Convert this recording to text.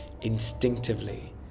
instinctively